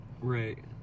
right